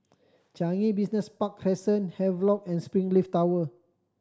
Changi Business Park Crescent Havelock and Springleaf Tower